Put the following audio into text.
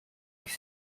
ich